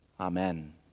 Amen